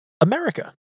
America